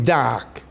dark